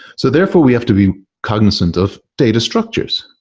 so therefore we have to be cognizant of data structures.